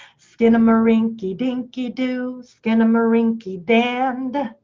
skinnamarink-a-dinky-doo. skinnamarinky-dand.